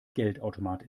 geldautomat